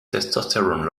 testosterone